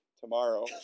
tomorrow